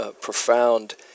profound